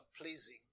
pleasing